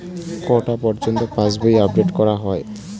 কটা পযর্ন্ত পাশবই আপ ডেট করা হয়?